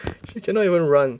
she cannot even run